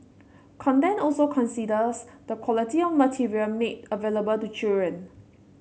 content also considers the quality of material made available to children